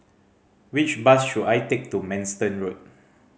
which bus should I take to Manston Road